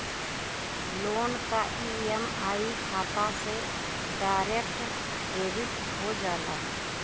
loan क EMI खाता से डायरेक्ट डेबिट हो जाला